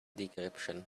decryption